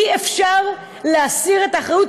אי-אפשר להסיר את האחריות,